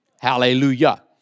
hallelujah